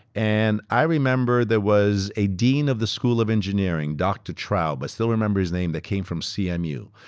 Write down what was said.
and i remember there was a dean of the school of engineering, dr. trowe, but still remember his name that came from cmu.